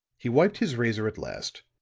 he wiped his razor at last,